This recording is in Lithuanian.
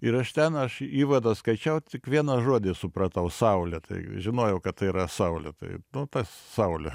ir aš ten aš įvadą skaičiau tik vieną žodį supratau saulė tai žinojau kad tai yra saulė tai nu ta saulė